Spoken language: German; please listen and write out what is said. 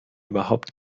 überhaupt